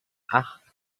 acht